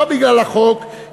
לא בגלל החוק,